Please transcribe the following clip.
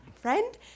friend